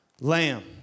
lamb